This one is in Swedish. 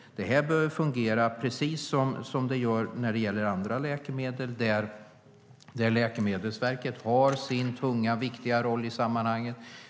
Detta behöver fungera precis som det gör när det gäller andra läkemedel där Läkemedelsverket har sin tunga och viktiga roll i sammanhanget.